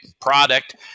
product